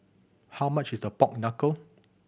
how much is the pork knuckle